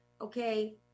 okay